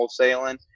wholesaling